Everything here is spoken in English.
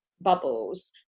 bubbles